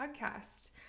podcast